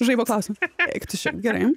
žaibo klausim eik tu šikt gerai